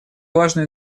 важную